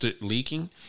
leaking